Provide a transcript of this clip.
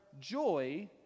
joy